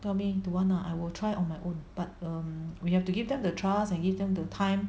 tell me 读完了 I will try on my own but um we have to give them the trust and give them the time